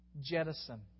jettison